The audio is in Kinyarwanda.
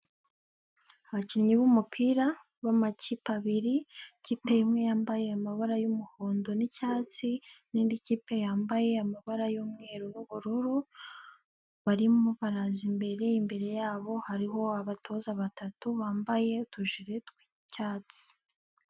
Aabakinnyi b'umupira b'amakipe abiri ikipe imwe yambaye amabara y'umuhondo n'icyatsi n'indi kipe yambaye amabara y'umweru n'ubururu barimo baraza, imbere yabo hariho abatoza batatu bambaye utujire tw'icyatsi.